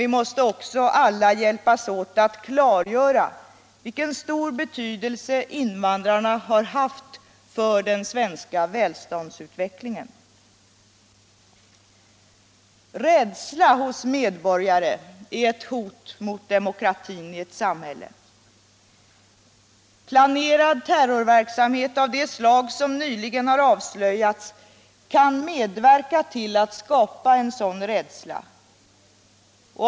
Vi måste också alla hjälpas, åt att klargöra vilken stor betydelse invandrarna har haft för den svenska välståndsutvecklingen. Rädsla hos medborgare är ett hot mot demokratin i ett samhälle. Planerad terrorverksamhet av det slag som nyligen har avslöjats kan medverka till att skapa en sådan rädsla.